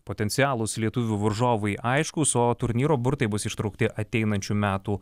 potencialūs lietuvių varžovai aiškūs o turnyro burtai bus ištraukti ateinančių metų